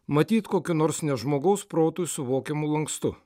matyt kokiu nors ne žmogaus protui suvokiamu lankstu